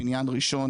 בניין ראשון,